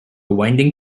winding